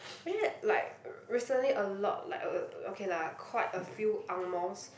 like recently a lot like uh okay lah quite a few angmohs